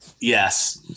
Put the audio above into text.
Yes